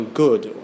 good